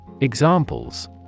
Examples